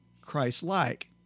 Christ-like